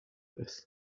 this